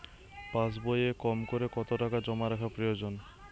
পাশবইয়ে কমকরে কত টাকা জমা রাখা প্রয়োজন?